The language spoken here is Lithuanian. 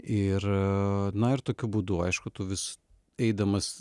ir na ir tokiu būdu aišku tu vis eidamas